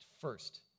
first